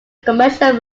commercial